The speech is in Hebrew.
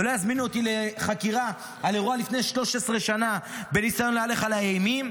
ולא יזמינו אותי לחקירה על אירוע מלפני 13 שנה בניסיון להלך עליי אימים.